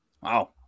Wow